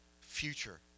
future